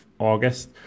august